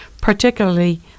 particularly